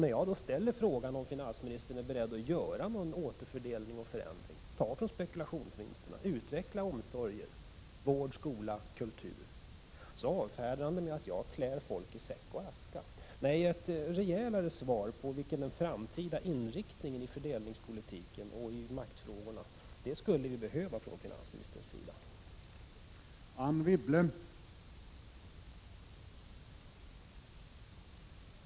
När jag ställde frågan om finansministern är beredd att göra någon återfördelning och en förändring, minska spekulationsvinsterna och utveckla omsorgen, vården, skolan och kulturen, avfärdade han det med att säga att jag klär folk i säck och aska. Nej, ett rejälare svar på frågan vilken den framtida inriktningen är av fördelningspolitiken och av maktförhållandena skulle behövas från finansministerns sida.